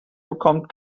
bekommt